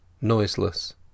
noiseless